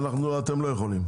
אתם לא יכולים.